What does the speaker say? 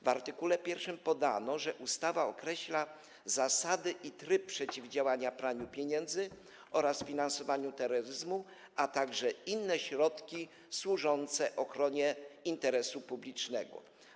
W art. 1 podano, że ustawa określa zasady i tryb przeciwdziałania praniu pieniędzy oraz finansowaniu terroryzmu, a także inne środki służące ochronie interesu publicznego.